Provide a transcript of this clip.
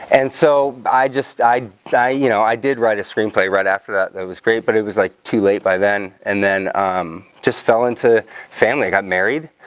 and so i just i died you know i did write a screenplay right after that that was great, but it was like too late by then and then just fell into family got married.